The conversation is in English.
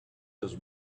his